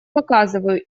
показываю